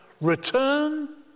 return